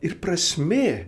ir prasmė